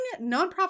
nonprofit